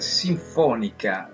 sinfonica